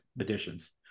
editions